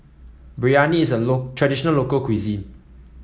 biryani is a traditional local cuisine